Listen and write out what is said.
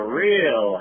real